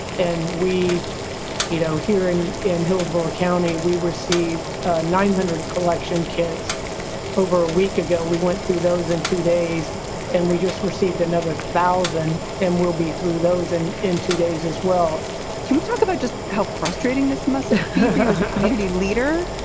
and we you know, here in in hillsborough county, we received nine hundred collection kits over a week ago. we went through those in two days and we just received another thousand. and we'll be through those and in two days as well can we talk about just how frustrating this must kind of be, leader?